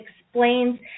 explains